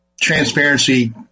Transparency